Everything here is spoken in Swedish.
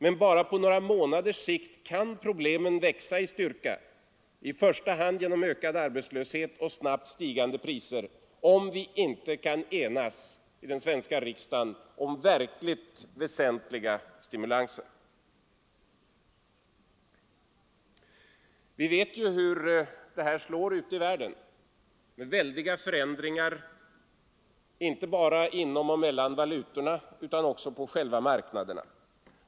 Men bara på några månaders sikt kan problemen växa i styrka i första hand genom ökad arbetslöshet och snabbt stigande priser — ifall vi inte kan enas i den svenska riksdagen om verkligt väsentliga stimulanser. Vi vet hur detta slår ute i världen med väldiga förändringar inte bara inom och mellan valutorna utan också på själva marknaderna.